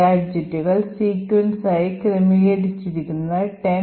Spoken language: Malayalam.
ഗാഡ്ജെറ്റുകൾ sequence ആയി ക്രമീകരിച്ചിരിക്കുന്നത് 10